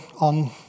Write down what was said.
on